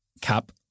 cap